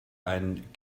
ein